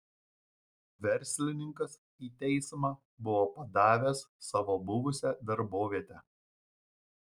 verslininkas į teismą buvo padavęs savo buvusią darbovietę